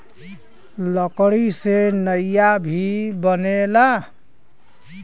लकड़ी से नईया भी बनेला